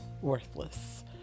worthless